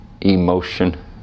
emotion